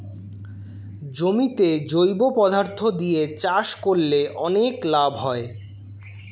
জমিতে জৈব পদার্থ দিয়ে চাষ করলে অনেক লাভ হয়